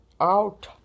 Out